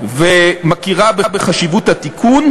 ומכירה בחשיבות התיקון,